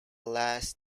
last